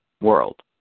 world